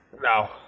no